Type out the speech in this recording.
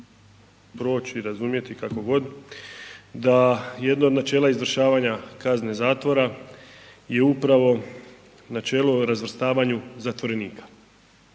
proći, razumjeti, kako god, da jedno od načela izvršavanja kazne zatvora je upravo načelo o razvrstavanju zatvorenika,